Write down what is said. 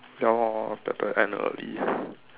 ya lor want to end early lah